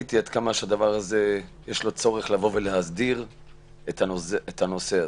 ראיתי עד כמה יש צורך להסדיר את הנושא הזה.